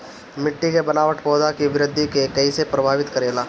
मिट्टी के बनावट पौधों की वृद्धि के कईसे प्रभावित करेला?